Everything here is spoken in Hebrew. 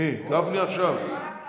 ההצעה להעביר את הצעת